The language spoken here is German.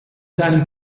seinen